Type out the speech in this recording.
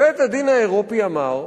בית-הדין האירופי אמר: